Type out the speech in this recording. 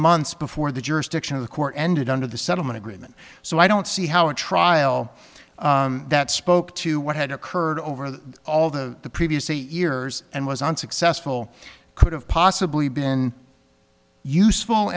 months before the jurisdiction of the court ended under the settlement agreement so i don't see how a trial that spoke to what had occurred over the all the previous eight years and was unsuccessful could have possibly been useful